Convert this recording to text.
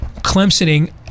Clemsoning